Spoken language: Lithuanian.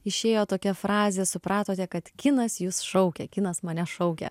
išėjo tokia frazė supratote kad kinas jus šaukia kinas mane šaukia